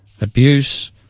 abuse